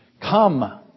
come